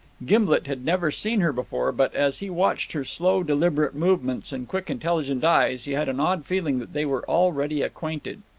gimblet had never seen her before but, as he watched her slow deliberate movements and quick intelligent eyes, he had an odd feeling that they were already acquainted.